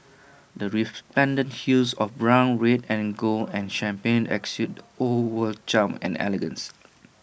the resplendent hues of brown red and gold and champagne exude old world charm and elegance